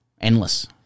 endless